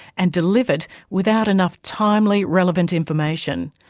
and delivered without enough timely, relevant information.